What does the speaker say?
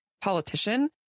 politician